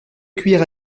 cuillères